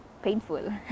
painful